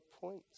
points